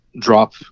drop